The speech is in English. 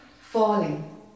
Falling